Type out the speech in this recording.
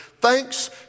thanks